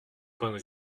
plaindre